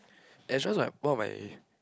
it's just like one of my